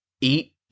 eat